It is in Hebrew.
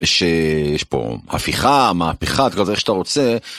יש פה הפיכה מהפיכה תקרא לזה איך שאתה רוצה.